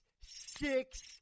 six